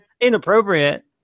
Inappropriate